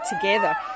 together